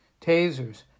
tasers